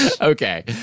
Okay